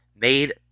made